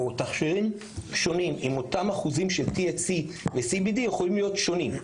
או תכשירים שונים עם אותם אחוזים יכולים להיות שונים.